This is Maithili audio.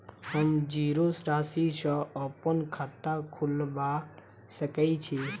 हम जीरो राशि सँ अप्पन खाता खोलबा सकै छी?